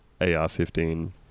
AR-15